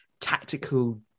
tactical